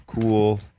cool